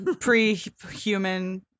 pre-human